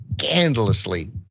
scandalously